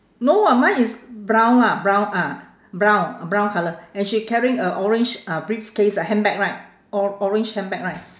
no [what] mine is brown ah brown ah brown brown colour and she carrying a orange uh briefcase a handbag right or~ orange handbag right